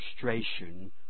frustration